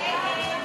ישראל אייכלר